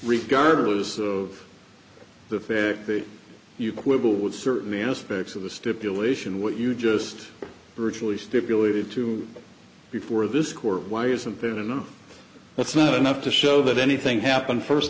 regardless of the fact that you quibble with certain aspects of the stipulation what you just virtually stipulated to before this court why isn't there enough that's not enough to show that anything happened first